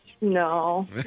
No